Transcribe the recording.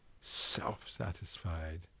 self-satisfied